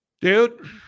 Dude